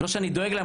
לא שאני דואג להם,